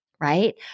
right